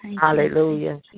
Hallelujah